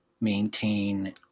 maintain